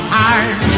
time